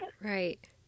Right